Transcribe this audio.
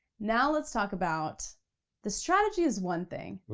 now let's talk about the strategy is one thing,